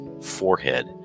forehead